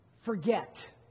Forget